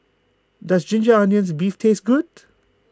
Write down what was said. does Ginger Onions Beef taste good